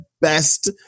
best